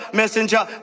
messenger